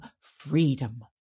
freedom